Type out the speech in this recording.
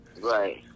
Right